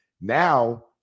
Now